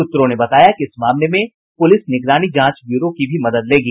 सूत्रों ने बताया कि इस मामले में पुलिस निगरानी जांच ब्यूरो की भी मदद लेगी